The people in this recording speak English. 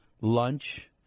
lunch